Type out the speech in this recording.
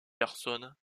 personnes